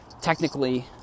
technically